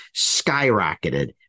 skyrocketed